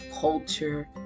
culture